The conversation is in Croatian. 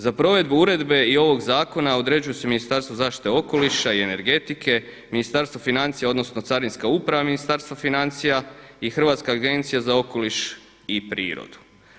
Za provedbu uredbe i ovog zakona određuje se Ministarstvo zaštite okoliša i energetike, Ministarstvo financija odnosno Carinska uprava Ministarstva financija i Hrvatska agencija za okoliš i prirodu.